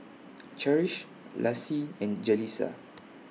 Cherish Laci and Jaleesa